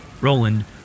Roland